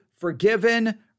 Forgiven